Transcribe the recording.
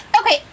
Okay